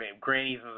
Grannies